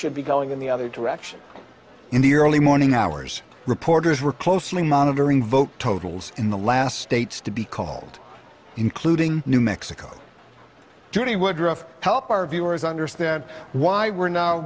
should be going in the other direction in the early morning hours reporters were closely monitoring vote totals in the last states to be called including new mexico judy woodruff help our viewers understand why we're now